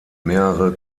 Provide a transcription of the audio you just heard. mehrere